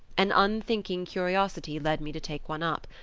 an unthinking curiosity led me to take one up.